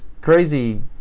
crazy